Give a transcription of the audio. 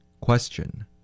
Question